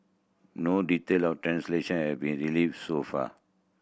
no detail of translation have been so far